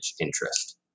interest